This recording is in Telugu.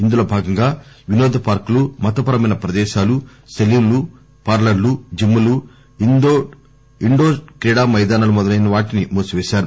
ఇందులో భాగంగా వినోద పార్కులు మతపరమైన ప్రదేశాలు సెలూన్లు పార్లర్లు జిమ్ లు ఇండోర్ క్రీడా కేంద్రాలు మొదలైన వాటిని మూసిపేశారు